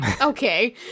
okay